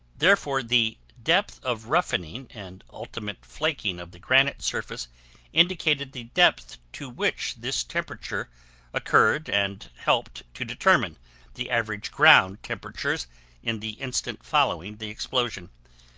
therefore the depth of roughening and ultimate flaking of the granite surface indicated the depth to which this temperature occurred and helped to determine the average ground temperatures in the instant following the explosion.